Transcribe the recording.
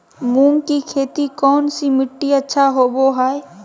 मूंग की खेती कौन सी मिट्टी अच्छा होबो हाय?